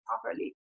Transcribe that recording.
properly